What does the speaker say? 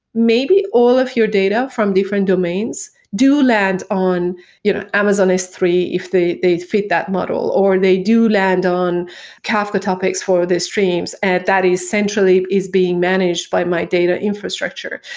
maybe all of your data from different domains do land on you know amazon s three if they they fit that model, or they do land on kafka topics for the streams. that essentially is being managed by my data infrastructure.